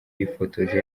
yifotoje